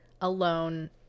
alone